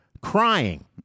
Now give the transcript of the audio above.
crying